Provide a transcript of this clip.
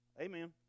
Amen